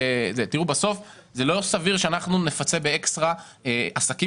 בסוף זה לא סביר שאנחנו נפצה באקסטרה עסקים